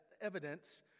evidence